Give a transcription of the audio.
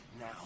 now